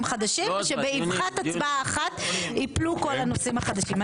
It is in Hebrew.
חדשים ושבאבחת הצבעה אחת ייפלו כל הנושאים החדשים.